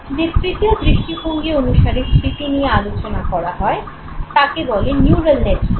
যে তৃতীয় দৃষ্টিভঙ্গি অনুসারে স্মৃতি নিয়ে আলোচনা করা হয় তাঁকে বলে "নিউরাল নেটওয়ার্ক"